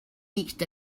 reached